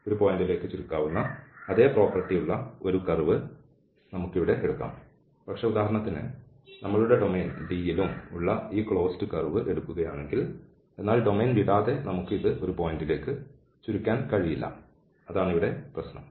ഒരു പോയിന്റിലേക്ക് ചുരുക്കാവുന്ന അതേ പ്രോപ്പർട്ടി ഉള്ള ഒരു കർവ് നമുക്കിവിടെ എടുക്കാം പക്ഷേ ഉദാഹരണത്തിന് നമ്മളുടെ ഡൊമെയ്ൻ D യിലും ഉള്ള ഈ ക്ലോസ്ഡ് കർവ് എടുക്കുകയാണെങ്കിൽ എന്നാൽ ഡൊമെയ്ൻ വിടാതെ നമുക്ക് ഇത് ഒരു പോയിന്റിലേക്ക് ചുരുക്കാൻ കഴിയില്ല അതാണ് ഇവിടെ പ്രശ്നം